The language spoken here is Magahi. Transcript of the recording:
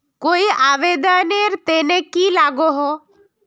कोई आवेदन नेर तने की लागोहो?